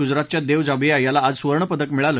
गुजरातच्या देव जाबिया याला आज सुवर्णपदक मिळालं